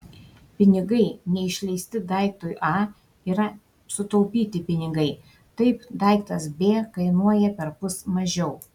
pinigai neišleisti daiktui a yra sutaupyti pinigai taip daiktas b kainuoja perpus mažiau